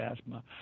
asthma